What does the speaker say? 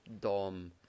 Dom